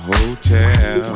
Hotel